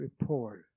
Report